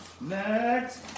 Next